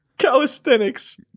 calisthenics